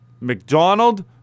McDonald